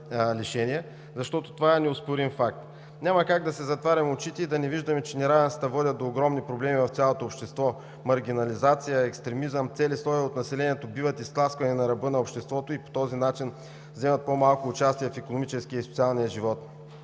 защото това е неоспорим факт. Няма как да си затваряме очите и да не виждаме, че неравенствата водят до огромни проблеми в цялото общество – маргинализация, екстремизъм. Цели слоеве от населението биват изтласквани на ръба на обществото и по този начин вземат по-малко участие в икономическия и в социалния живот.